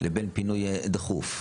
לבין פינוי דחוף.